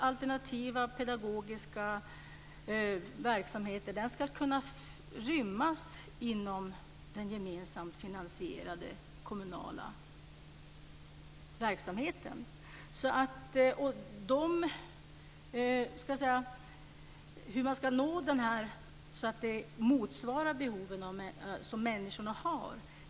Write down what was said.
Alternativa pedagogiska lösningar ska kunna rymmas inom den gemensamt finansierade kommunala verksamheten. Vi har olika synpunkter på hur man ska tillgodose de behov som människorna har.